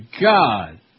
God